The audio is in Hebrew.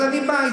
אז אני בא,